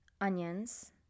onions